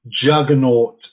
juggernaut